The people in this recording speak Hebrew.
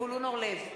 זבולון אורלב,